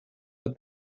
but